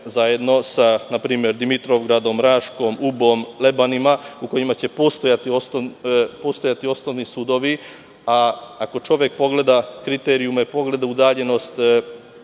zajedno sa npr. Dimitrovgradom, Raškom, Ubom, Lebanima, u kojima će postojati osnovni sudovi. Ako čovek pogleda kriterijume, pogleda udaljenost